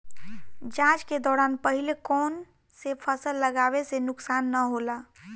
जाँच के दौरान पहिले कौन से फसल लगावे से नुकसान न होला?